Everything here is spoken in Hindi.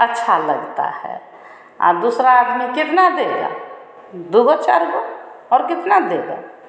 अच्छा लगता है और दूसरा आदमी कितना देगा दो गो चार गो और कितना देगा